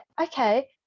okay